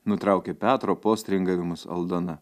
nutraukė petro postringavimus aldona